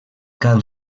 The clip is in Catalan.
cal